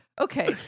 Okay